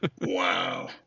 Wow